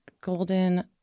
Golden